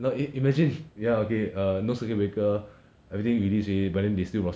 no eh imagine if ya okay err no circuit breaker everything release already but then they still got